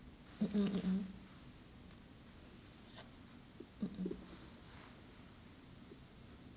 mm mm mm mm mm mm